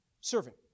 servant